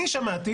אני שמעתי,